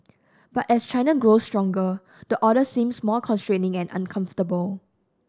but as China grows stronger the order seems more constraining and uncomfortable